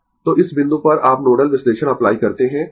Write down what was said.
Refer Slide Time 2640 तो इस बिंदु पर आप नोडल विश्लेषण अप्लाई करते है